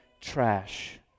trash